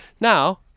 Now